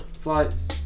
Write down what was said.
flights